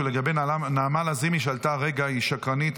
לגבי נעמה לזימי שעלתה הרגע: היא שקרנית,